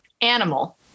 animal